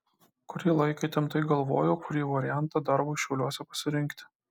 kurį laiką įtemptai galvojau kurį variantą darbui šiauliuose pasirinkti